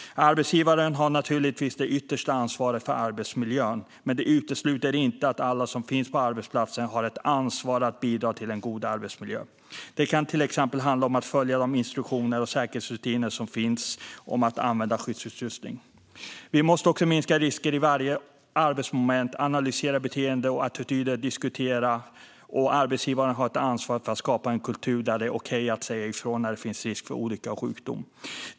Arbetsgivaren har naturligtvis det yttersta ansvaret för arbetsmiljön, men det utesluter inte att alla som finns på arbetsplatsen har ett ansvar att bidra till en god arbetsmiljö. Det kan till exempel handla om att följa de instruktioner och säkerhetsrutiner som finns om att använda skyddsutrustning. Vi måste minska risker i varje arbetsmoment. Vi måste analysera och diskutera beteenden och attityder. Arbetsgivaren har ett ansvar för att skapa en kultur där det är okej att säga ifrån när det finns risk för olycka eller sjukdom.